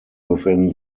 within